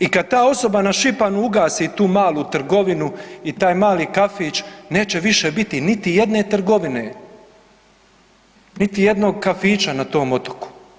I kada ta osoba na Šipanu ugasi tu malu trgovinu i taj mali kafić neće više biti niti jedne trgovine, niti jednog kafića na tom otoku.